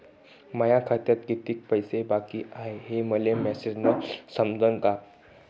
माया खात्यात कितीक पैसे बाकी हाय हे मले मॅसेजन समजनं का?